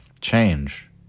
change